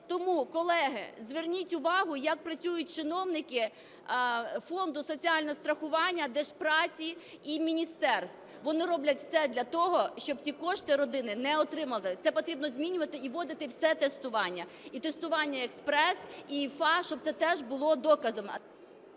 Тому, колеги, зверніть увагу як працюють чиновники Фонду соціального страхування, Держпраці і міністерств. Вони роблять все для того, щоб ці кошти родини не отримали. Це потрібно змінювати і вводити все тестування: і тестування експрес, і ІФА, щоб це теж було доказом…